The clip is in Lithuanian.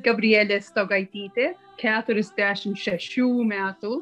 gabrielė staugaitytė keturiasdešim šešių metų